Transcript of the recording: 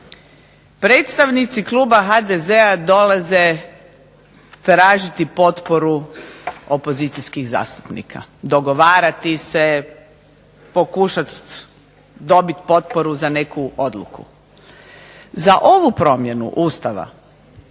predstavnici kluba HDZ-a dolaze tražiti potporu opozicijskih zastupnika, dogovarati se, pokušat dobit potporu za neku odluku. Za ovu promjenu Ustava